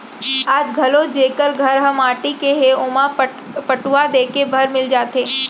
आज घलौ जेकर घर ह माटी के हे ओमा पटउहां देखे बर मिल जाथे